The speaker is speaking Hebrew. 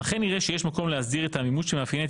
אכן נראה שיש מקום להסדיר את העמימות שמאפיינת